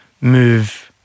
move